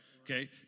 Okay